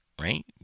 right